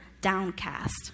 downcast